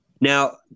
Now